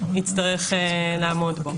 יצטרך לעמוד בו.